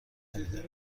نمیده